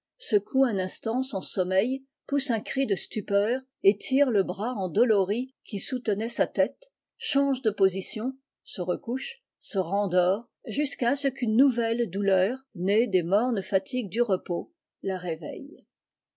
secoue un instant son sommeil pousse un or de stupeur étire le bras endolori qui soutenait sa tète change de position se recouche se rendort jusqu'à ce qu'une nouvelle douleur née des mornes fatigues du repos la réveille